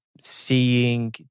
seeing